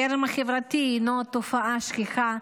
חרם חברתי הינו תופעה שכיחה,